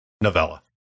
novella